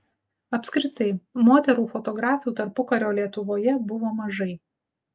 apskritai moterų fotografių tarpukario lietuvoje buvo mažai